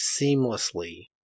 seamlessly